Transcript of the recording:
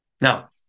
Now